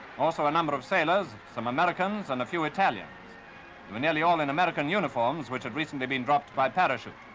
also a number of sailors, some americans, and a few italians. they were nearly all in american uniforms, which had recently been dropped by parachute.